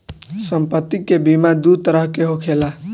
सम्पति के बीमा दू तरह के होखेला